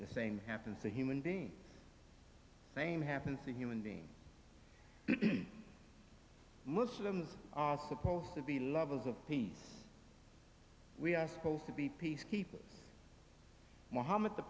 the same happens a human being same happens to human being muslims are supposed to be levels of peace we are supposed to be peace keepers mohammad the